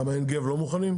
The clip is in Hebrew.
למה, עין גב לא מוכנים?